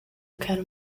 quero